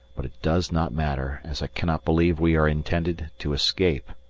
but it does not matter, as i cannot believe we are intended to escape.